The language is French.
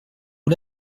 aux